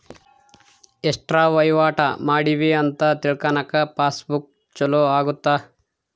ಎಸ್ಟ ವಹಿವಾಟ ಮಾಡಿವಿ ಅಂತ ತಿಳ್ಕನಾಕ ಪಾಸ್ ಬುಕ್ ಚೊಲೊ ಅಗುತ್ತ